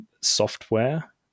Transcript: software